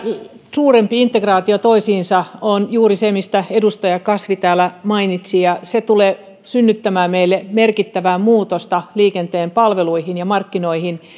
suurempi integraatio toisiinsa on juuri se mistä edustaja kasvi täällä mainitsi ja se tulee synnyttämään meille merkittävää muutosta liikenteen palveluihin ja markkinoihin